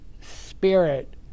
spirit